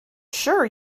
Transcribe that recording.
sure